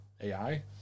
AI